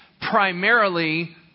primarily